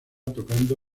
tocando